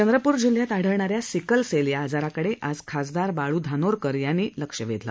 चंद्रपूर जिल्ह्यात आढळणा या सिकलसेल या आजाराकडे आज खासदार बाळू धानोकरकर यांनी लक्ष वेधलं